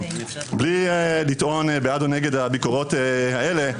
בלי לטעון בעד או נגד הביקורות האלה,